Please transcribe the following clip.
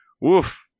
Woof